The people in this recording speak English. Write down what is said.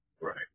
Right